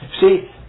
See